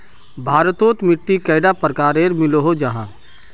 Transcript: भारत तोत मिट्टी कैडा प्रकारेर मिलोहो जाहा?